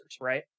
right